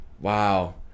Wow